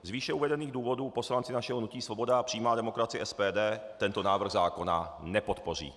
Z výše uvedených důvodů poslanci našeho hnutí Svoboda a přímá demokracie, SPD, tento návrh zákona nepodpoří.